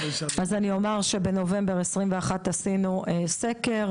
אומר שבנובמבר 2021 עשינו סקר,